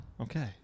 Okay